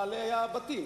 באמת?